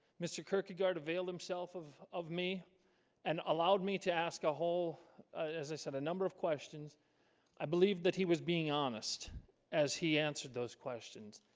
mr. kirkegaard availed himself of of me and allowed me to ask a hole as i said a number of questions i believe that he was being honest as he answered those questions.